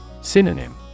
Synonym